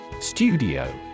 Studio